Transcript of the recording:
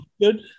good